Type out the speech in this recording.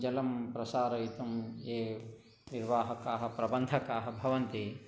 जलं प्रसारयितुं ये निर्वाहकाः प्रबन्धकाः भवन्ति